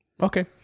Okay